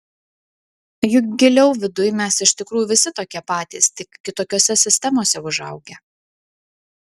juk giliau viduj mes iš tikrųjų visi tokie patys tik kitokiose sistemose užaugę